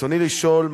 רצוני לשאול: